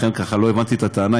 לכן, ככה, לא הבנתי את הטענה.